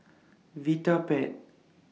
Vitapet